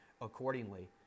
accordingly